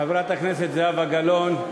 חברת הכנסת זהבה גלאון,